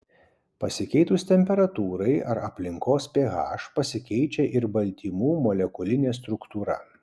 pasikeitus temperatūrai ar aplinkos ph pasikeičia ir baltymų molekulinė struktūra